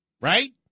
Right